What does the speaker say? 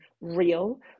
real